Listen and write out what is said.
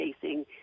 facing